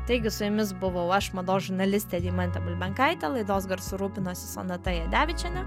taigi su jumis buvau aš mados žurnalistė deimantė bulbenkaitė laidos garsu rūpinosi sonata jadevičienė